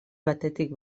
batetik